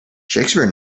shakespeare